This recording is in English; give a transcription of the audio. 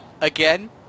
again